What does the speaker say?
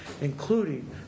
including